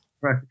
Right